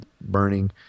burning